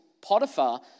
Potiphar